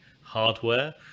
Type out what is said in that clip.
hardware